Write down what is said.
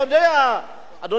אדוני סגן שר האוצר,